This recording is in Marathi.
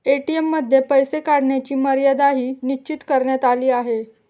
ए.टी.एम मध्ये पैसे काढण्याची मर्यादाही निश्चित करण्यात आली आहे